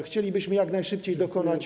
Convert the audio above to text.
Chcielibyśmy jak najszybciej dokonać.